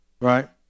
right